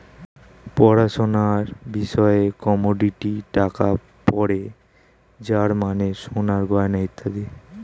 পড়াশোনার বিষয়ে কমোডিটি টাকা পড়ে যার মানে সোনার গয়না ইত্যাদি